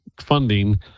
funding